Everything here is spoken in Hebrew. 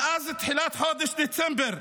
מאז תחילת חודש דצמבר,